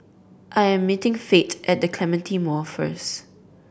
I am meeting Fate at The Clementi Mall first